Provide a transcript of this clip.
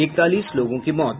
इकतालीस लोगों की मौत